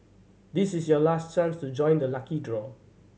this is your last chance to join the lucky draw